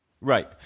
Right